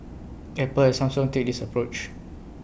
Apple and Samsung take this approach